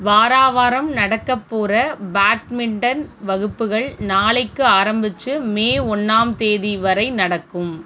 வாரா வாரம் நடக்கப்போகிற பேட்மிண்டன் வகுப்புகள் நாளைக்கு ஆரம்பிச்சு மே ஒன்றாம் தேதி வரை நடக்கும்